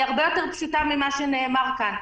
והיא הרבה יותר פשוטה ממה שנאמר כאן: